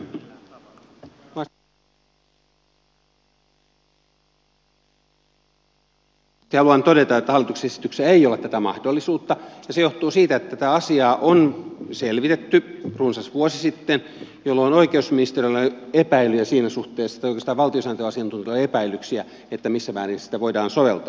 lyhyesti haluan todeta että hallituksen esityksessä ei ole tätä mahdollisuutta ja se johtuu siitä että tätä asiaa on selvitetty runsas vuosi sitten jolloin oikeusministeriöllä oli epäilyjä siinä suhteessa tai oikeastaan valtiosääntöasiantuntijoilla oli epäilyksiä missä määrin sitä voidaan soveltaa